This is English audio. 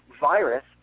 virus